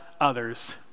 others